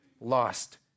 lost